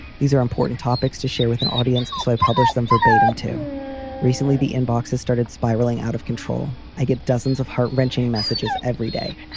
these are important topics to share with an audience, so i publish them verbatim. to recently, the inbox has started spiraling out of control. i get dozens of heart wrenching messages every day.